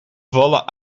vallen